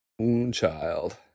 Moonchild